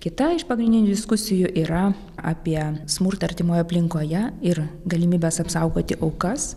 kita iš pagrindinių diskusijų yra apie smurtą artimoje aplinkoje ir galimybes apsaugoti aukas